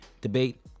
debate